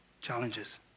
Challenges